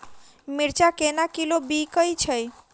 मिर्चा केना किलो बिकइ छैय?